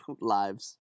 lives